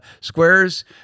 squares